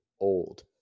old